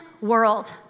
world